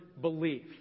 belief